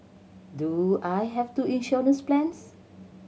do I have two insurance plans